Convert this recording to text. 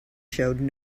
showed